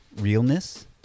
realness